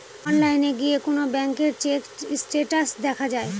অনলাইনে গিয়ে কোন ব্যাঙ্কের চেক স্টেটাস দেখা যায়